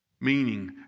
Meaning